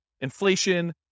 inflation